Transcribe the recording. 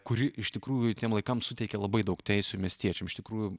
kuri iš tikrųjų tiem laikam suteikė labai daug teisių miestiečiams iš tikrųjų